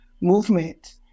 movement